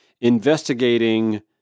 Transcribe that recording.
investigating